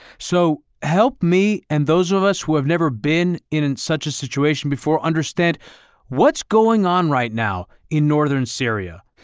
so help me and those of us who have never been in in such a situation before understand what's going on right now in northern syria.